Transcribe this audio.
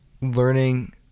learning